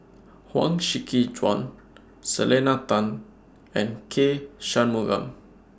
Huang Shiqi Joan Selena Tan and K Shanmugam